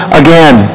again